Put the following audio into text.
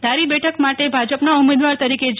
ધારી બેઠક માટે ભાજપના ઉમેદવાર તરીકે જે